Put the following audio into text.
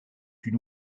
une